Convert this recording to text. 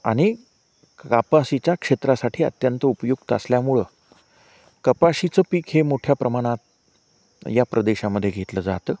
आणि कपाशीच्या क्षेत्रासाठी अत्यंत उपयुक्त असल्यामुळे कपाशीचं पीक हे मोठ्या प्रमाणात या प्रदेशामध्ये घेतलं जातं